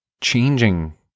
changing